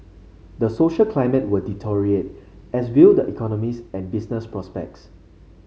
the social climate will deteriorate as will the economies and business prospects